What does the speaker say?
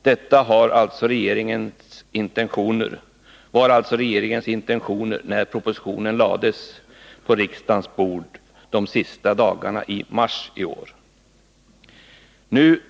Detta var alltså regeringens intentioner, när propositionen lades på riksdagens bord de sista dagarna i mars i år.